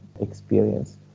experience